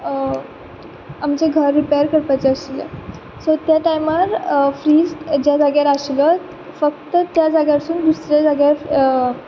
आमचें घर रिपेअर करपाचें आशिल्लें सो त्या टायमार फ्रीज ज्या जाग्यार आशिल्लो फक्त त्या जाग्यारसून दुसऱ्या जाग्यार